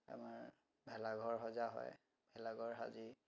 আমাৰ ভেলাঘৰ সজা হয় ভেলাঘৰ সাজি